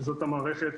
שזאת המערכת